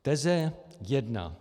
Teze jedna.